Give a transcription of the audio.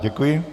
Děkuji.